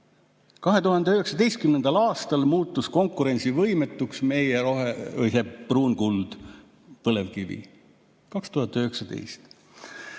2019. aastal muutus konkurentsivõimetuks meie pruun kuld, põlevkivi. 2019!